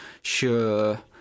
sure